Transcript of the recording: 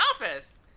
office